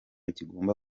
kigomba